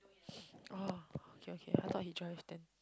oh okay okay I though he drive then